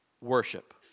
Worship